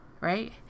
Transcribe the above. Right